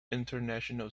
international